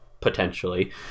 potentially